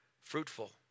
fruitful